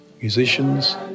musicians